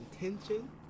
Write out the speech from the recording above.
intention